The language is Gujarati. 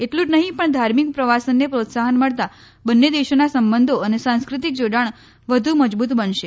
એટલું જ નહીં પણ ધાર્મિક પ્રવાસનને પ્રોત્સાહન મળતાં બંને દેશીના સંબંધી અને સાંસ્કૃતિક જોડાણ વધુ મજબુત બનશે